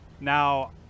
Now